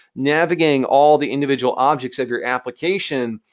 navigating all the individual objects of your application,